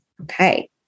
Okay